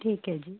ਠੀਕ ਹੈ ਜੀ